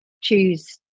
choose